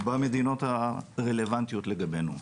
במדינות הרלוונטיות לגבינו.